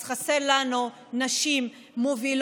אז חסרות לנו נשים מובילות,